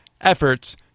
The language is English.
efforts